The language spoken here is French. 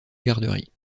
garderie